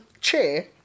chair